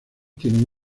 tienen